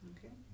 Okay